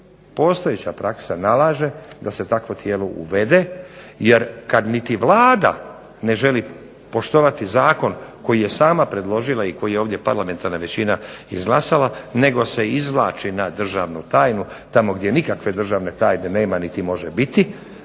postojeća praksa nalaže da se takvo tijelo uvede jer kad niti Vlada ne želi poštovati zakon koji je sama predložila i koji je ovdje parlamentarna većina izglasala nego se izvlači na državnu tajnu tamo gdje nikakve državne tajne nema niti može biti